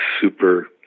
super